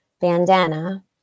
bandana